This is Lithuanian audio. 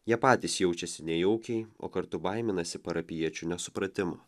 jie patys jaučiasi nejaukiai o kartu baiminasi parapijiečių nesupratimo